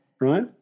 right